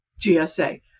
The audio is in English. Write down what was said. GSA